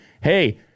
Hey